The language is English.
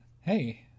Hey